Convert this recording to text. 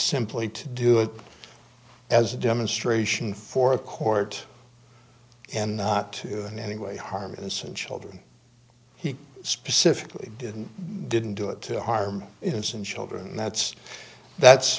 simply to do it as a demonstration for a court and not to in any way harm innocent children he specifically did and didn't do it to harm innocent children and that's that's